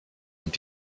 und